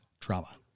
trauma